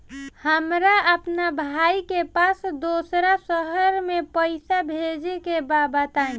हमरा अपना भाई के पास दोसरा शहर में पइसा भेजे के बा बताई?